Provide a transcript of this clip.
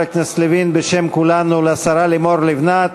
הכנסת לוין בשם כולנו לשרה לימור לבנת,